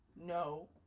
No